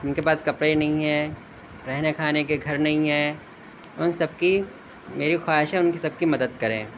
ان کے پاس کپڑے نہیں ہیں رہنے کھانے کے گھر نہیں ہیں ان سب کی میری خواہش ہے ان سب کی مدد کریں